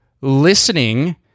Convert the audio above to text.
listening